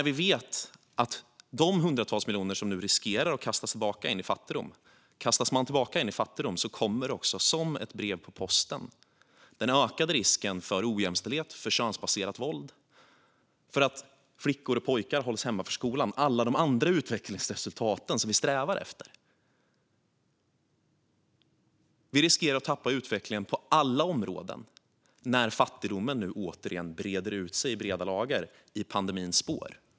Vi vet att hundratals miljoner nu riskerar att kastas tillbaka in i fattigdom, och om man kastas tillbaka in i fattigdom kommer som ett brev på posten den ökade risken för ojämställdhet, för könsbaserat våld och för att flickor och pojkar hålls hemma från skolan. Det handlar om alla de andra utvecklingsresultat som vi strävar efter. Vi riskerar att tappa utvecklingen på alla områden när fattigdomen nu åter breder ut sig i breda lager i pandemins spår.